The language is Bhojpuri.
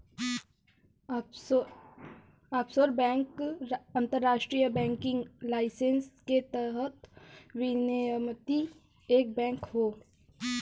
ऑफशोर बैंक अंतरराष्ट्रीय बैंकिंग लाइसेंस के तहत विनियमित एक बैंक हौ